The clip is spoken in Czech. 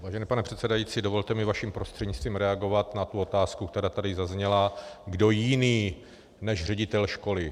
Vážený pane předsedající, dovolte mi vaším prostřednictvím reagovat na tu otázku, která tady zazněla kdo jiný než ředitel školy?